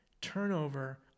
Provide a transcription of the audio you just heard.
turnover